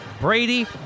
Brady